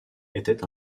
était